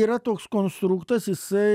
yra koks konstruktas jisai